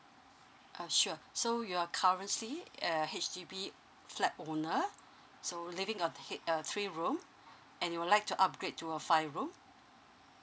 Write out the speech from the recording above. uh sure so you're currently uh H_D_B flat owner so living a head uh three room and you would like to upgrade to a five room